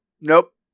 Nope